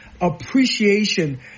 appreciation